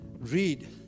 read